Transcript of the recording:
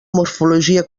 morfologia